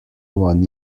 one